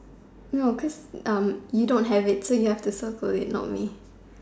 no cause erm you don't have it so you have to circle it not me